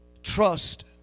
Trust